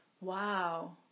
Wow